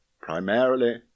primarily